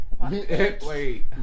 Wait